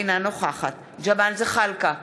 אינה נוכחת ג'מאל זחאלקה,